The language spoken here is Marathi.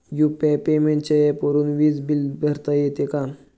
यु.पी.आय पेमेंटच्या ऍपवरुन वीज बिल भरता येते का?